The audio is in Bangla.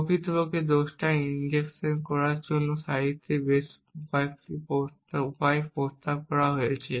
প্রকৃতপক্ষে দোষটি ইনজেকশন করার জন্য সাহিত্যে বেশ কয়েকটি উপায় প্রস্তাব করা হয়েছে